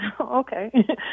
Okay